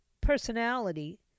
personality